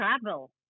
Travel